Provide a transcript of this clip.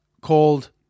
called